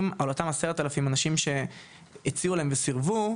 על אותם 10 אלף איש שהציעו להם וסירבו,